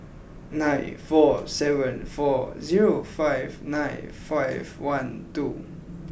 nine four seven four zero five nine five one two